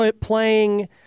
playing